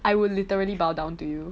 I will literally bow down to you